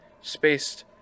spaced